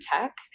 tech